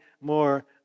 more